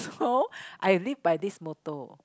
no I live by this motto